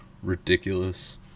ridiculous